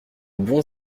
bons